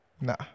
Nah